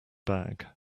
bag